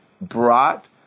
brought